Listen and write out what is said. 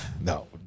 No